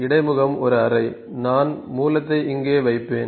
இடைமுகம் ஒரு அறை நான் மூலத்தை இங்கே வைப்பேன்